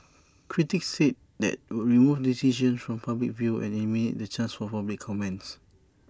critics said that would remove decisions from public view and eliminate the chance for public comments